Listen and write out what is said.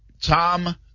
Tom